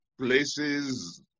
places